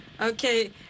Okay